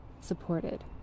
supported